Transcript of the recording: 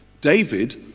David